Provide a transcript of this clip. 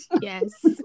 Yes